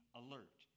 alert